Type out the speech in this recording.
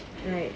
right